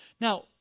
Now